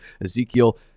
Ezekiel